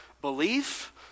belief